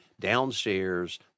downstairs